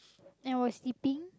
I was sleeping